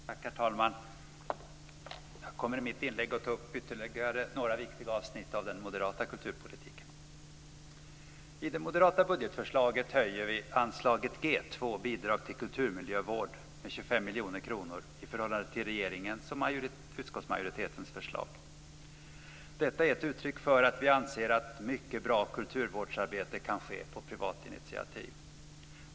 Herr talman! Jag kommer i mitt inlägg att ta upp ytterligare några viktiga avsnitt i den moderata kulturpolitiken. I det moderata budgetförslaget höjer vi anslaget G2, Bidrag till kulturmiljövård, med 25 miljoner kronor i förhållande till regeringens och utskottsmajoritetens förslag. Detta är ett uttryck för att vi anser att mycket bra kulturvårdsarbete kan ske på privat initiativ.